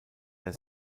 der